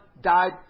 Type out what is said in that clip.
died